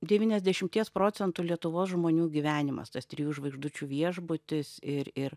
devyniasdešimties procentų lietuvos žmonių gyvenimas tas trijų žvaigždučių viešbutis ir ir